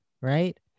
right